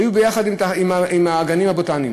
נעשתה ביחד עם הגנים הבוטניים.